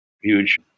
huge